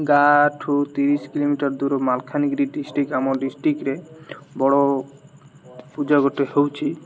ଗାଁଠୁ ତିରିଶି କିଲୋମିଟର ଦୂର ମାଲକାନଗିରି ଡିଷ୍ଟ୍ରିକ ଆମ ଡିଷ୍ଟ୍ରିକରେ ବଡ଼ ପୂଜା ଗୋଟେ ହେଉଛିି